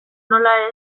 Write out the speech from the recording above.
nola